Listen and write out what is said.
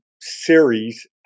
series